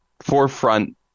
forefront